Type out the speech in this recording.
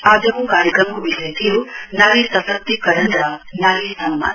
आजको कार्यक्रमको विषय थियो नारी सशक्तिकरण र नारी सम्मान